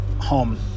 home